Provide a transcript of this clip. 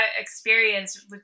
experience